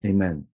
Amen